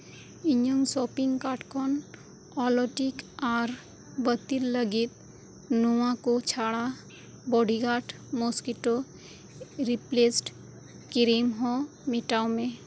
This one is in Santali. ᱤᱧᱟᱹᱝ ᱥᱚᱯᱤᱝ ᱠᱟᱨᱰ ᱠᱷᱚᱱ ᱚᱞᱚᱴᱤᱠ ᱟᱨ ᱵᱟᱹᱛᱤᱞ ᱞᱟᱹᱜᱤᱫ ᱱᱚᱣᱟ ᱠᱚ ᱪᱟᱲᱟ ᱵᱚᱰᱤᱜᱟᱨᱰ ᱢᱚᱥᱠᱩᱭᱤᱴᱳ ᱨᱤᱯᱞᱮᱥᱴ ᱠᱨᱤᱢ ᱦᱚᱸ ᱢᱮᱴᱟᱣ ᱢᱮ